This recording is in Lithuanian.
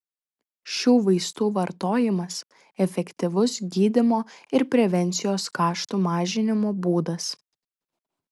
šių vaistų vartojimas efektyvus gydymo ir prevencijos kaštų mažinimo būdas